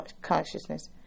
consciousness